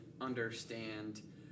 understand